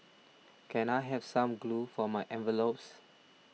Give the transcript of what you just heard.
can I have some glue for my envelopes